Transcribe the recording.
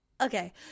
Okay